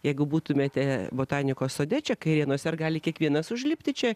jeigu būtumėte botanikos sode čia kairėnuose ar gali kiekvienas užlipti čia